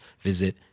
visit